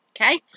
Okay